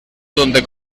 donde